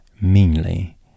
meanly